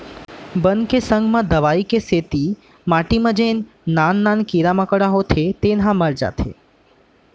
बन के संग म दवई के सेती माटी म जेन नान नान कीरा मकोड़ा होथे तेनो ह मर जाथें